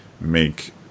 make